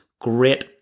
great